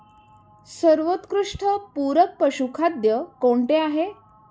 सर्वोत्कृष्ट पूरक पशुखाद्य कोणते आहे?